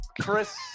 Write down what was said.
chris